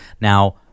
Now